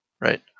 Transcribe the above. right